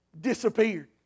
disappeared